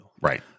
Right